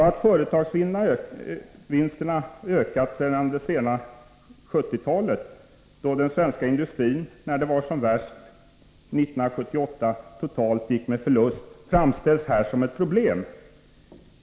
Att företagsvinsterna har ökat sedan det sena 1970-talet, då den svenska industrin när det var som värst år 1978 gick med förlust totalt framställs här som ett problem.